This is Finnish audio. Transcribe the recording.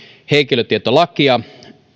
henkilötietolakia